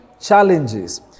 challenges